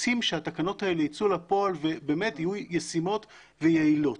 רוצים שהתקנות האלה ייצאו לפועל ובאמת יהיו ישימות ויעילות.